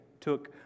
took